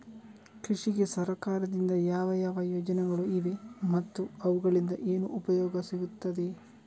ಕೃಷಿಗೆ ಸರಕಾರದಿಂದ ಯಾವ ಯಾವ ಯೋಜನೆಗಳು ಇವೆ ಮತ್ತು ಅವುಗಳಿಂದ ಏನು ಉಪಯೋಗ ಸಿಗುತ್ತದೆ?